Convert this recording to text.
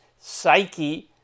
psyche